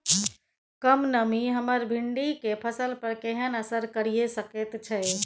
कम नमी हमर भिंडी के फसल पर केहन असर करिये सकेत छै?